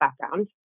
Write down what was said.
background